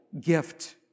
gift